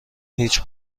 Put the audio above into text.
هیچ